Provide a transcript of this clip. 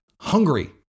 hungry